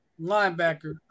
linebacker